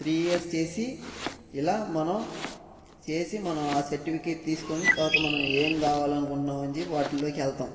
three years చేసి ఇలా మనం చేసి మనం ఆ సర్టిఫికేట్ తీసుకుని తర్వాత మనం ఏమి కావాలి అనుకుంటున్నాం అని చెప్పి వాటిలోకి వెళ్తాం